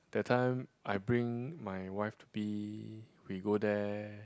that time I bring my wife to be we go there